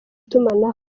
itumanaho